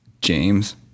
James